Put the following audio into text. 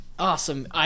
Awesome